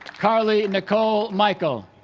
carly nicole michael